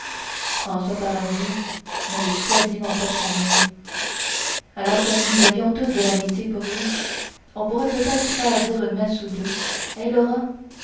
françois paradis n'avait quasiment pas de famille alors comme nous avions tous de l'amitié pour lui on pourrait peut-être faire dire une messe ou deux eh laura